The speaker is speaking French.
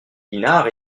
pinard